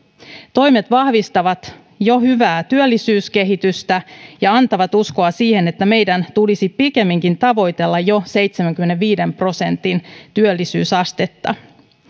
toimet vahvistavat jo hyvää työllisyyskehitystä ja antavat uskoa siihen että meidän tulisi pikemminkin tavoitella jo seitsemänkymmenenviiden prosentin työllisyysastetta